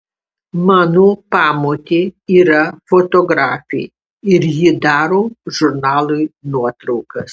mano pamotė yra fotografė ir ji daro žurnalui nuotraukas